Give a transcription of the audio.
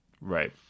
Right